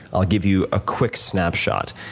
i'll give you a quick snapshot.